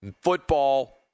football